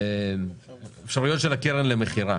האפשרויות של הקרן למכירה